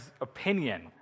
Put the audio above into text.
opinion